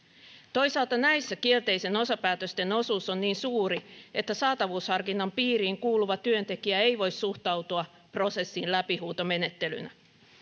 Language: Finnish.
toisaalta näissä kielteisten osapäätösten osuus on niin suuri että saatavuusharkinnan piiriin kuuluva työntekijä ei voi suhtautua prosessiin läpihuutomenettelynä